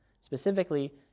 specifically